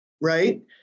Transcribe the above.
Right